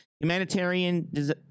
humanitarian